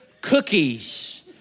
cookies